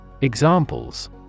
Examples